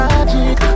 Magic